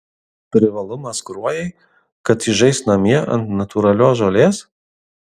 privalumas kruojai kad ji žais namie ant natūralios žolės